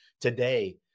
today